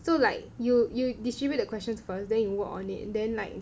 so like you you distribute the questions first then you work on it then like